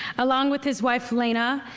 along with his wife, lana,